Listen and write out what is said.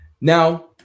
Now